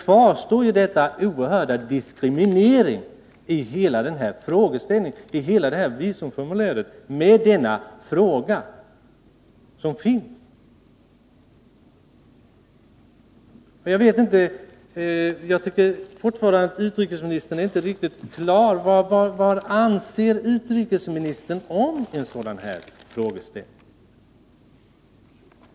Och i och med att denna fråga finns, kvarstår den oerhörda diskriminering som detta visumformulär innebär. Jag tycker fortfarande att utrikesministern inte uttrycker sig riktigt klart. Vadanser utrikesministern om en sådan här frågeställning?